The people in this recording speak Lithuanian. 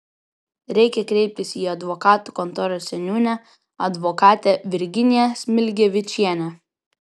reikia kreiptis į advokatų kontoros seniūnę advokatę virginiją smilgevičienę